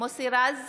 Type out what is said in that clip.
מוסי רז,